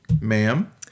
Ma'am